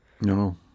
No